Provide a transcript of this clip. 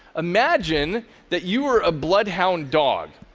imagine that you are a bloodhound dog.